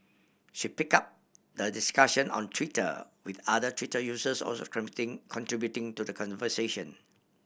she pick up the discussion on Twitter with other Twitter users also contributing to the